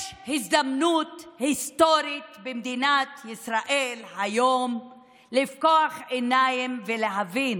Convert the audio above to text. יש הזדמנות היסטורית במדינת ישראל היום לפקוח עיניים ולהבין